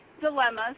dilemmas